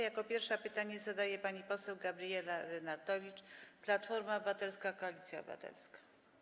Jako pierwsza pytanie zadaje pani poseł Gabriela Lenartowicz, Platforma Obywatelska - Koalicja Obywatelska.